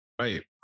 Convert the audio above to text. right